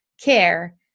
care